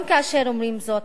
גם כאשר אומרים זאת,